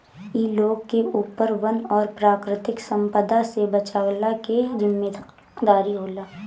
इ लोग के ऊपर वन और प्राकृतिक संपदा से बचवला के जिम्मेदारी होला